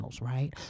Right